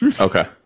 okay